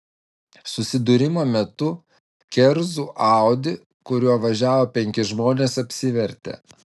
susidūrimo metu kerzų audi kuriuo važiavo penki žmonės apsivertė